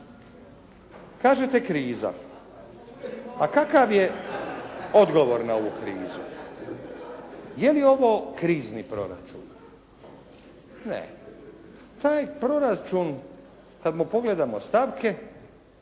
Kažete kriza, a kakav je odgovor na ovu krizu? Je li ovo krizni proračun? Ne, taj proračun kad mu pogledamo stavke,